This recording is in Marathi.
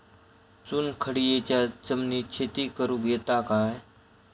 चुनखडीयेच्या जमिनीत शेती करुक येता काय?